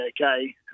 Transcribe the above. okay